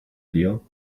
deal